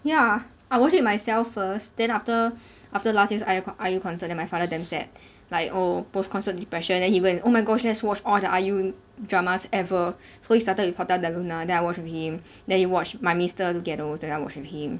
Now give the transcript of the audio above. ya I watch it myself first then after after last year's IU IU concert then my father damn sad like oh post concert depression then he he went oh my gosh let's watch all the IU dramas ever so he started with hotel del luna then I watch with him then he watch my mister together lor then I watch with him